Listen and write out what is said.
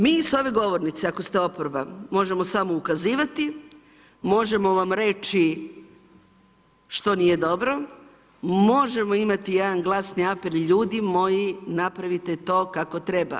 Mi s ove govornice ako ste oporba, možemo samo ukazivati, možemo vam reći što nije dobro, možemo imati jedan glasni apel, ljudi moji, napravite to kakao treba.